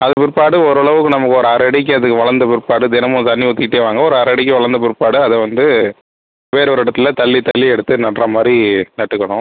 அதுக்கு பிற்பாடு ஓரளவுக்கு நம்ம ஒரு அரை அடிக்கு அது வளர்ந்த பிற்பாடு தினமும் தண்ணி ஊற்றிட்டே வாங்க ஒரு அரை அடிக்கு வளர்ந்த பிற்பாடு அதை வந்து வேறொரு இடத்துல தள்ளி தள்ளி எடுத்து நடுற மாதிரி நட்டுக்கணும்